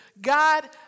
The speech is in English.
God